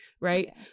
right